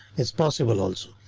it's possible also.